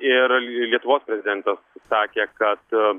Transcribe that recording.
ir lietuvos prezidentas sakė kad